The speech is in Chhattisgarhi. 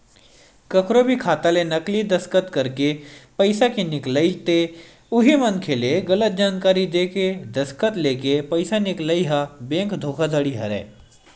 कखरो भी खाता ले नकली दस्कत करके पइसा के निकलई ते उही मनखे ले गलत जानकारी देय के दस्कत लेके पइसा निकलई ह बेंक धोखाघड़ी हरय